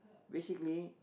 basically